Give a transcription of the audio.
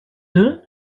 deux